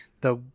the-